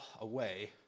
away